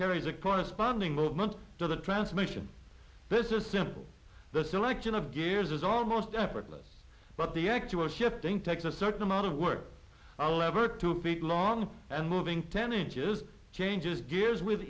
carries a corresponding movement to the transmission this is simple the selection of gears is almost effortless but the actual shifting takes the certain amount of work out a lever to feet long and moving ten inches changes gears with